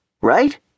right